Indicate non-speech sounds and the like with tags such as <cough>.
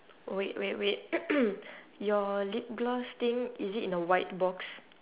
wait wait wait <coughs> your lip gloss thing is it in a white box